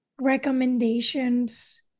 recommendations